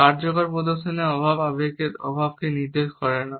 কার্যকর প্রদর্শনের অভাব আবেগের অভাবকে নির্দেশ করে না